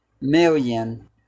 million